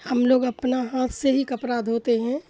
ہم لوگ اپنا ہاتھ سے ہی کپڑا دھوتے ہیں